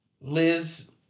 Liz